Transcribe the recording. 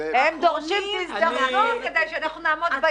הם דורשים שיזדרזו כדי שהם יעמדו ביעד.